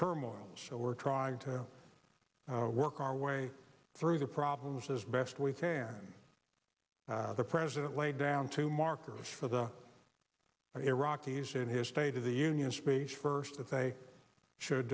turmoil so we're trying to work our way through the problems as best we can the president laid down two markers for the iraqis in his state of the union speech first that they should